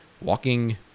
walking